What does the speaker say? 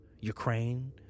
Ukraine